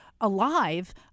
alive